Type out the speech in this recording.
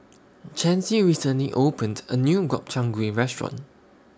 Chancey recently opened A New Gobchang Gui Restaurant